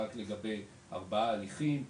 רק לגבי ארבעה הליכים,